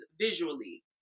visually